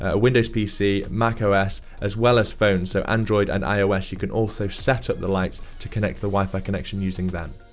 ah windows pc, macos, as well as, phones. so, android and ios you can also set up the lights to connect to the wi-fi connection using them.